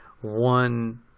one